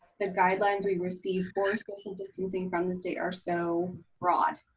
the guidelines we've received for social distancing from the state are so broad.